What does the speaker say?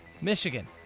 Michigan